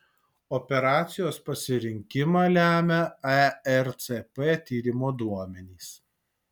operacijos pasirinkimą lemia ercp tyrimo duomenys